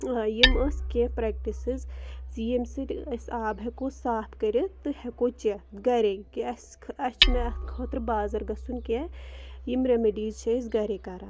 یِم ٲسۍ کیٚنٛہہ پرٛیکٹِسِز زِ ییٚمہِ سۭتٮ۪ن أسۍ آب ہٮ۪کو صاف کٔرِتھ تہٕ ہٮ۪کو چٮ۪تھ گَرے کہِ اَسہِ اَسہِ چھُنہٕ اَتھ خٲطرٕ بازَر گژھُن کیٚنٛہہ یِم ریمِڈیٖز چھِ أسۍ گَرے کَران